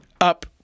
up